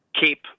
keep